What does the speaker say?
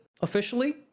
officially